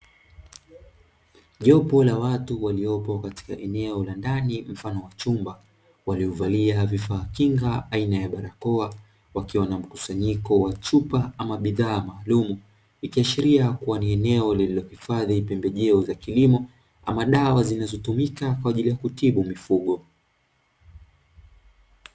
Jopo la watu waliopo katika eneo la ndani mfano wa chumba, waliovalia vifaa kinga aina ya barakoa wakiwa na mkusanyiko wa chupa ama bidhaa maalumu, ikiashiria ni eneo lililohifadhi pembejeo za kilimo au dawa zinazotumika kutibu mifugo.